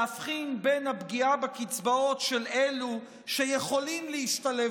להבחין בין הפגיעה בקצבאות של אלו שיכולים להשתלב